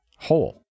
whole